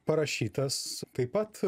parašytas taip pat